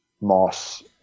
Moss